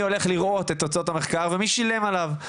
הולך לראות את תוצאות המחקר ומי שילם עליו.